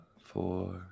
four